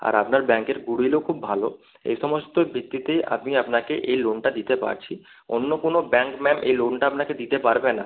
আর আপনার ব্যাঙ্কের গুডউইলও খুব ভালো এই সমস্তর ভিত্তিতে আমি আপনাকে এই লোনটা দিতে পারছি অন্য কোনো ব্যাঙ্ক ম্যাম এই লোনটা আপনাকে দিতে পারবে না